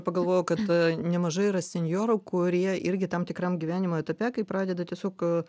pagalvojau kad nemažai yra senjorų kurie irgi tam tikram gyvenimo etape kai pradeda tiesiog